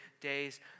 days